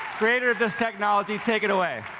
created this technology, take it away.